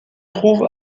trouve